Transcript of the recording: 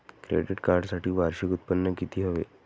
Credit कार्डसाठी वार्षिक उत्त्पन्न किती हवे?